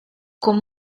con